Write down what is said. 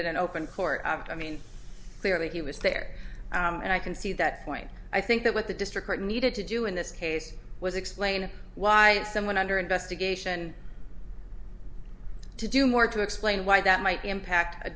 in open court i mean clearly he was there and i can see that point i think that what the district court needed to do in this case was explain why it's someone under investigation to do more to explain why that might impact